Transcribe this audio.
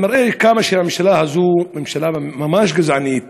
זה מראה כמה הממשלה הזאת היא ממשלה ממש גזענית,